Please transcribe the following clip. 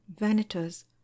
venators